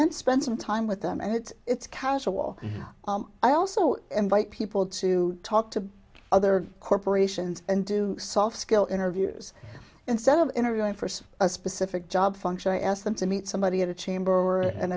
then spend some time with them and it's casual i also invite people to talk to other corporations and do soft skill interviews instead of interviewing for a specific job function i asked them to meet somebody at a chamber